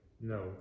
no